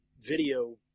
video